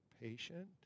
patient